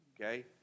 okay